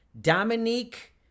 Dominique